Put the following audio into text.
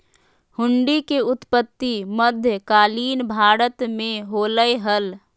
हुंडी के उत्पत्ति मध्य कालीन भारत मे होलय हल